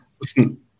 listen